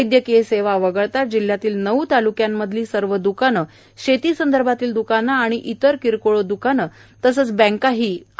वैद्यकीय सेवा वगळता जिल्ह्यातल्या नऊ ताल्क्यांमधली सर्व द्कानं शेतीसंदर्भातली द्कानं आणि इतर किरकोळ द्र्कानं तसंच बँकाही बंद आहेत